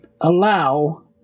Allow